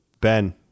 Ben